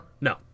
No